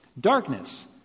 Darkness